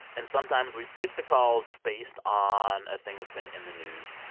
and sometimes we pick the calls based on a thing that's been in the news.